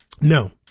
No